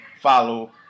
follow